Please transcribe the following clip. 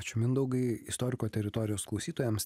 ačiū mindaugai istoriko teritorijos klausytojams